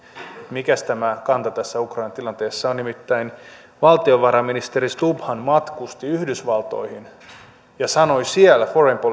mikäs tämä kanta tässä ukrainan tilanteessa on nimittäin valtiovarainministeri stubbhan matkusti yhdysvaltoihin ja sanoi siellä foreign